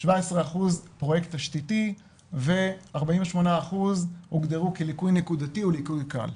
17% פרויקט תשתיתי ו-48% הוגדרו כליקוי נקודתי או ליקוי קל.